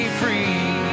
free